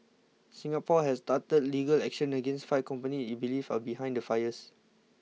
Singapore has started legal action against five companies it believes are behind the fires